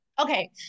okay